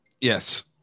Yes